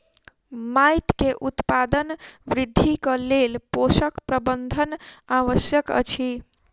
माइट के उत्पादन वृद्धिक लेल पोषक प्रबंधन आवश्यक अछि